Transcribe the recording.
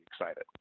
excited